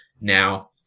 Now